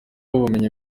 ubumenyi